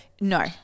no